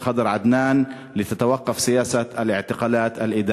הוא הועבר לבית-החולים "אסף הרופא".